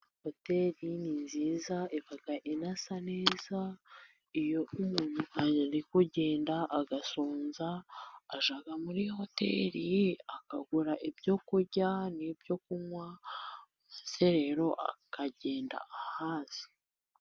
Hoteri ni nziza iba inasa neza, iyo umuntu ari kugenda agasonza, ajya muri hoteri, akagura ibyo kurya n'ibyo kunywa, maze rero akagenda ahaze.